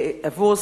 אני